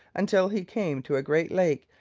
until he came to a great lake,